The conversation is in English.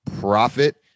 profit